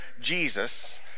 Jesus